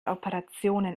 operationen